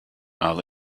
i’ll